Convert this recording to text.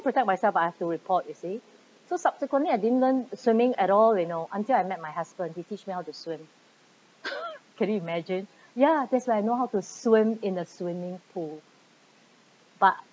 protect myself but I have to report you see so subsequently I didn't learn swimming at all you know until I met my husband he teach me how to swim can you imagine ya that's why I know how to swim in the swimming pool but